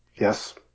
yes